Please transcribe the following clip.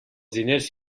diners